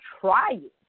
trying